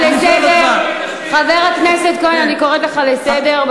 תשמיץ, חבר הכנסת כהן, אני קוראת לך לסדר.